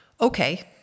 okay